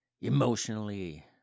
Emotionally